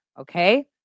okay